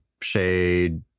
shade